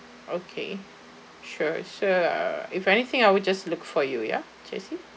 okay sure sure uh if anything I will just look for you ya jessey